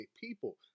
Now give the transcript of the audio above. people